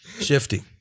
Shifty